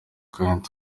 kandi